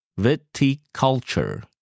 viticulture